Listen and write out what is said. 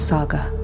Saga